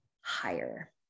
higher